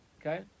okay